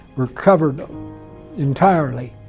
were covered um entirely,